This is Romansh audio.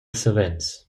savens